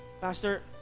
pastor